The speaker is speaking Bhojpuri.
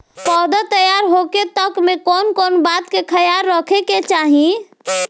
पौधा तैयार होखे तक मे कउन कउन बात के ख्याल रखे के चाही?